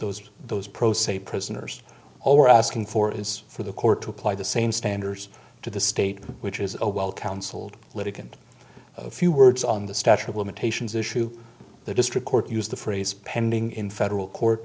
those those pro se prisoners all we're asking for is for the court to apply the same standers to the state which is a well counseled litigant a few words on the statute of limitations issue the district court used the phrase pending in federal court